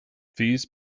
fees